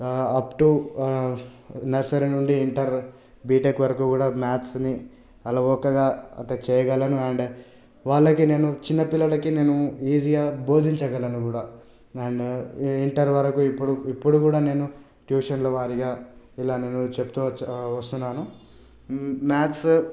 up to nursery నుండి inter BTech వరకు కూడా మ్యాథ్స్ని అలవోకగా ఒక చేయగలను అండ్ వాళ్ళకి నేను చిన్నపిల్లలకు నేను ఈజీగా బోధించగలను కూడా అండ్ ఇంటర్ వరకు ఇప్పుడు ఇప్పుడు కూడా నేను ట్యూషన్లు వారిగా ఇలా చెప్తూ వస్తు చెప్తూ వస్తున్నాను మ్యాథ్సు